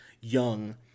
young